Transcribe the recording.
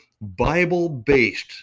Bible-based